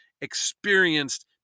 experienced